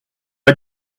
m’a